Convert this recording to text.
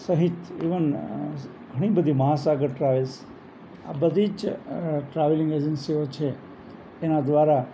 સહિત ઇવન ઘણી બધી મહાસાગર ટ્રાવેલ્સ આ બધી જ ટ્રાવેલિંગ એજન્સીઓ છે એના દ્વારા